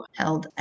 held